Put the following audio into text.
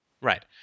Right